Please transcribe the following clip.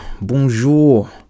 bonjour